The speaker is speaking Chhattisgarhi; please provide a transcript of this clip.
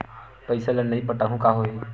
पईसा ल नई पटाहूँ का होही?